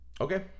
Okay